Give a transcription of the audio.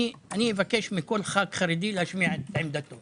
אבקש מכל ח"כ חרדי להשמיע את עמדתו